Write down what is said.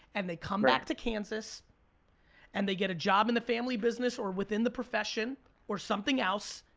and they come back to kansas and they get a job in the family business or within the profession or something else,